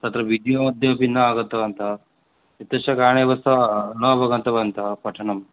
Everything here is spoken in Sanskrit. तत्र वीडियो मध्ये अपि न आगतवन्तः एतस्य कारणे एव सः न अवगतवन्तः पठनं